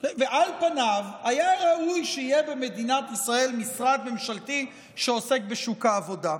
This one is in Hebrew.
היה ראוי שיהיה במדינת ישראל משרד ממשלתי שעוסק בשוק העבודה.